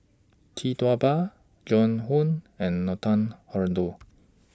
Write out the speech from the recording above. Tee Tua Ba Joan Hon and Nathan Hartono